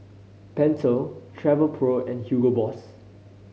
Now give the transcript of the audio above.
Pentel Travelpro and Hugo Boss